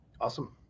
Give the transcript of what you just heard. awesome